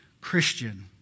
Christian